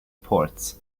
ports